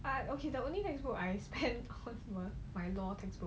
I okay the only textbook I spent on was my law textbook